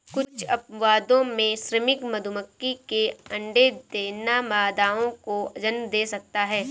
कुछ अपवादों में, श्रमिक मधुमक्खी के अंडे देना मादाओं को जन्म दे सकता है